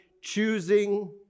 choosing